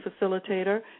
facilitator